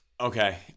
Okay